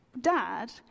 dad